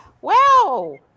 Wow